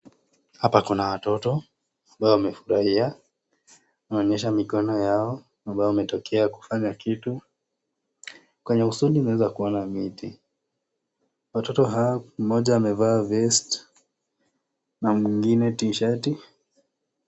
Hapa kuna watoto ambao wamefurahia. Wanaonyesha mikono yao ambayo wametokea kufanya kitu. Kwenye usoni unaeza kuona miti. Watoto Hao, mmoja amevaa Vest , Na mwingine T-shirt cs].